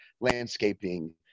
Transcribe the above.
landscaping